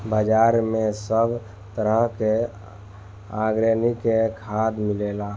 बाजार में सब तरह के आर्गेनिक खाद मिलेला